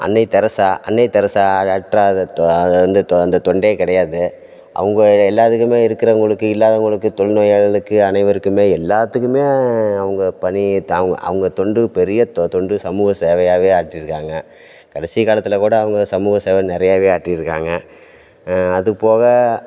அன்னை தெரசா அன்னை தெரசா ஆற்றாத அது வந்து அந்த தொண்டே கிடையாது அவங்க எல்லாத்துக்குமே இருக்கிறவங்களுக்கு இல்லாதவங்களுக்கு தொழுநோயாளிகளுக்கு அனைவருக்குமே எல்லாத்துக்குமே அவங்க பணி த அவங்க அவங்க தொண்டு பெரிய தொ தொண்டு சமூக சேவையாகவே ஆற்றியிருக்காங்க கடைசி காலத்தில்க் கூட அவங்க சமூக சேவை நிறையாவே ஆற்றியிருக்காங்க அதுபோக